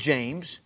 James